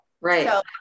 Right